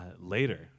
later